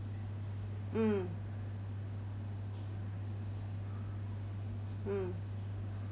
mm mm